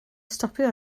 stopio